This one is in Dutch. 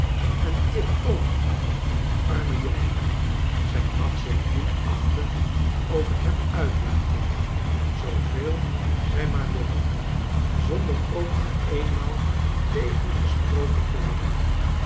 en tip ook die arme jongenl zij mag zich minacht end over hem uitlaten zooveel zij maar wil zonder ook maar eenmaal tegengesproken te worden